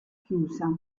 chiusa